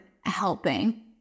helping